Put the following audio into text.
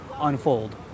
unfold